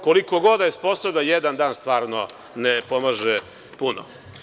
Koliko god je sposobna, jedan dan stvarno ne pomaže puno.